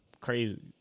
Crazy